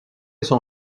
son